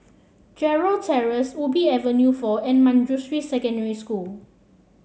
Gerald Terrace Ubi Avenue Four and Manjusri Secondary School